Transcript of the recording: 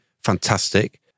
Fantastic